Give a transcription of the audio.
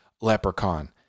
Leprechaun